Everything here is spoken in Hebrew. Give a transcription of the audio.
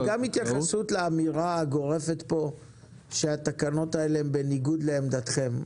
וגם התייחסות לאמירה הגורפת פה שהתקנות האלה הן בניגוד לעמדתכם.